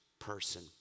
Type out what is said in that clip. person